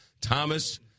Thomas